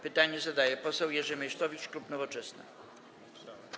Pytanie zadaje poseł Jerzy Meysztowicz, klub Nowoczesna.